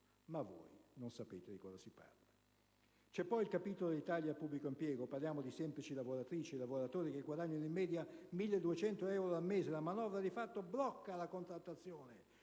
Ma voi non sapete di cosa si parla. C'è poi il capitolo dei tagli al pubblico impiego. Parliamo di semplici lavoratrici e lavoratori che guadagnano in media 1.200 euro al mese. La manovra di fatto blocca la contrattazione,